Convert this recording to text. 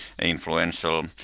influential